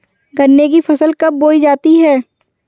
गन्ने की फसल कब बोई जाती है?